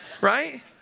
right